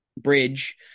bridge